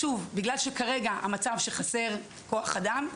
שוב, מפני שכרגע המצב הוא שחסר כוח אדם,